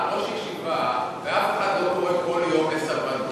ראש ישיבה, ואף אחד לא קורא כל יום לסרבנות.